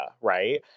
right